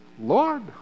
Lord